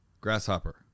grasshopper